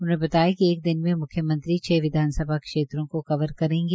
उन्होंने बताया कि एक दिन में म्ख्यमंत्री छ विधानसभा क्षेत्रों को कवर करेंगे